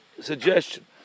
suggestion